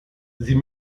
sie